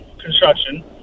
construction